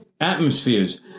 Atmospheres